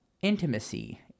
intimacy